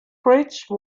bridge